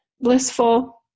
blissful